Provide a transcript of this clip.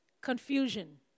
confusion